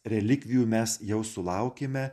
relikvijų mes jau sulaukėme